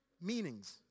meanings